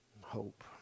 hope